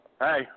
hey